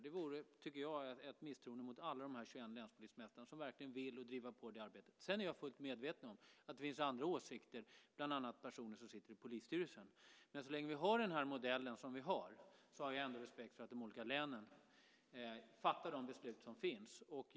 Det vore ett misstroende mot alla de 21 länspolismästarna som verkligen vill driva på det arbetet. Jag är fullt medveten om att det finns andra åsikter, bland annat hos personer som sitter i polisstyrelsen, men så länge vi har den här modellen har jag respekt för att de olika länen fattar besluten.